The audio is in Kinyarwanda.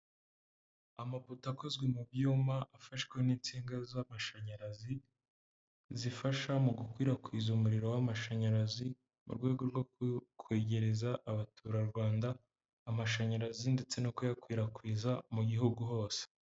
Amapoto akozwe mu byuma, afashwe n'insinga z'amashanyarazi, zifasha mu gukwirakwiza umuriro w'amashanyarazi, mu rwego rwo kwegereza abaturarwanda amashanyarazi ndetse no kuyakwirakwiza mu gihugu hose.